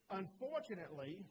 unfortunately